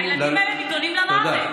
הילדים האלה נידונים למוות.